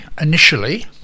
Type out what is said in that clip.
initially